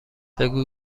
بگو